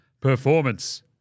performance